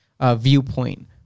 viewpoint